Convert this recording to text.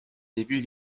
débit